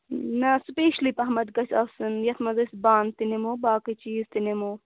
نہ سپیشلی پہمتھ گژھِ آسُن یَتھ منٛز أسۍ بانہٕ تہِ نِمو باقٕے چیٖز تہِ نِمو